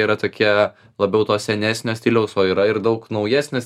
yra tokie labiau to senesnio stiliaus o yra ir daug naujesnis